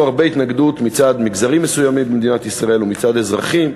התנגדות רבה מצד מגזרים מסוימים במדינת ישראל ומצד אזרחים,